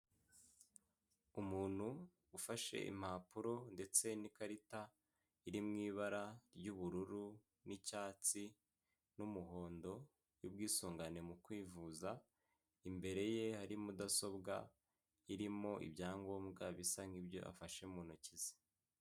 Umuntu ufashe impapuro ndetse n'ikarita iri m'ibara ry'ubururu n'icyatsi n'umuhondo by'ubwisungane mu kwivuza imbere ye hari mudasobwa irimo ibyangombwa bisa nk'ibyo afashe mu ntoki ze.